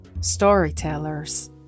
storytellers